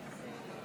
התקבלה,